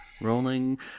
Rolling